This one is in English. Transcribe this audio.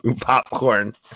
popcorn